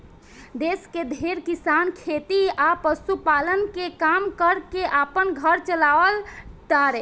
देश के ढेरे किसान खेती आ पशुपालन के काम कर के आपन घर चालाव तारे